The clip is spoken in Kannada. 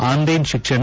ಅನ್ಲೈನ್ ಶಿಕ್ಷಣ